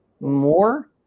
more